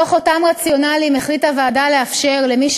מתוך אותם רציונלים החליטה הוועדה לאפשר למי